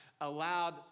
allowed